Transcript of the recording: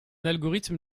algorithme